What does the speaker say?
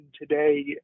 today